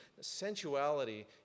Sensuality